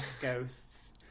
ghosts